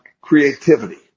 creativity